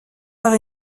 par